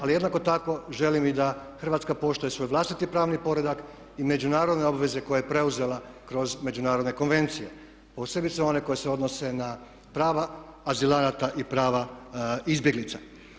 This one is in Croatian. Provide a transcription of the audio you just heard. Ali jednako tako želim i da Hrvatska poštuje svoj vlastiti pravni poredak i međunarodne obveze koje je preuzela kroz međunarodne konvencije posebice one koje se odnose na prava azilanata i prava izbjeglica.